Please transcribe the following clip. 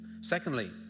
Secondly